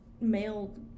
male